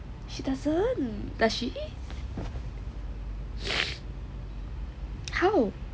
she doesn't does she how